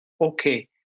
okay